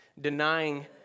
denying